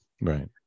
right